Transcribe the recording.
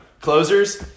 closers